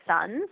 sons